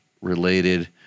related